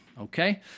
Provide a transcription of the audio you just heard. okay